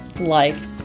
life